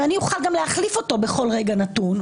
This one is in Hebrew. ואני אוכל גם להחליף אותו בכל רגע נתון,